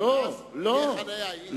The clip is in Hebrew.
ואז לא תהיה חנייה.